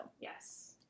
Yes